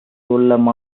உள்ள